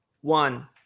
one